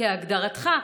כהגדרתך,